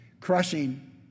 crushing